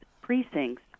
precincts